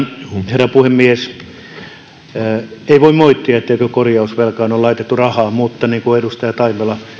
herra puhemies ei voi moittia etteikö korjausvelkaan ole laitettu rahaa mutta niin kuin edustaja taimela